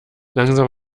langsam